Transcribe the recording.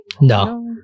No